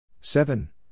Seven